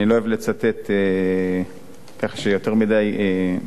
אני לא אוהב לצטט כך שזה יותר מדי יבש,